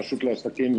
הרשות לעסקים,